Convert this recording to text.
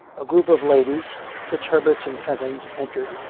a group of ladies, fitzherberts and fentons, entered,